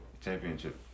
championship